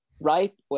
right